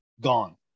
gone